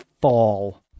fall